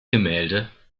gemälde